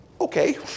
Okay